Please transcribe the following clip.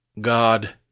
God